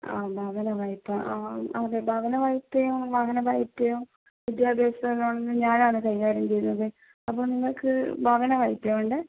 ആ ഭവന വായ്പ്പ ആ അതേ ഭവന വായ്പ്പയും വാഹന വായ്പ്പയും വിദ്യാഭ്യാസ ലോണും ഞാൻ ആണ് കൈകാര്യം ചെയ്യുന്നത് അപ്പോൾ നിങ്ങൾക്ക് ഭവന വായ്പയാണ് വേണ്ടത്